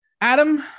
Adam